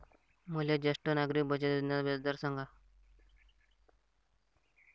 मले ज्येष्ठ नागरिक बचत योजनेचा व्याजदर सांगा